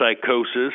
psychosis